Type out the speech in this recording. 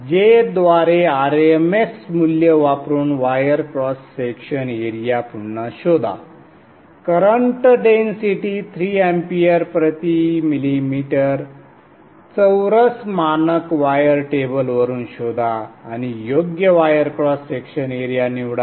J द्वारे RMS मूल्य वापरून वायर क्रॉस सेक्शन एरिया पुन्हा शोधा करंट डेन्सिटी 3 Amp प्रति mm संदर्भ वेळ 1243 चौरस मानक वायर टेबलवरून शोधा आणि योग्य वायर क्रॉस सेक्शन एरिया निवडा